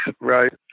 right